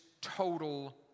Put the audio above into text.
total